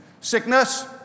Sickness